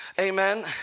amen